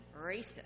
racist